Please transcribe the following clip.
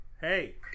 Hey